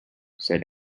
said